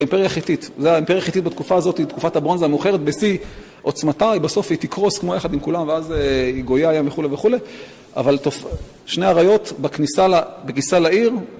אימפריה חתית, זו האימפריה החתית בתקופה הזאת, היא תקופת הברונזה המאוחרת, בשיא עוצמתה, היא בסוף היא תקרוס כמו יחד עם כולם, ואז עם גויי הים וכולי וכולי, אבל שני האריות בכניסה לעיר